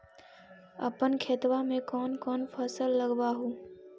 अपन खेतबा मे कौन कौन फसल लगबा हू?